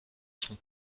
son